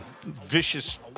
vicious